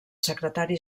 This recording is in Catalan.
secretari